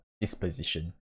disposition